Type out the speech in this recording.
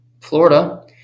Florida